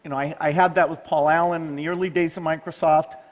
and i had that with paul allen in the early days of microsoft.